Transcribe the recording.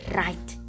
right